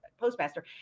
postmaster